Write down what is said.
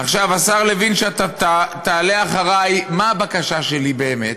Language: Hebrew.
עכשיו, השר לוין, שתעלה אחרי, מה הבקשה שלי, באמת?